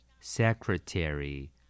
Secretary